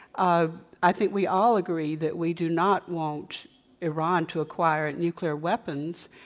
ah i think we all agree that we do not want iran to acquire nuclear weapons.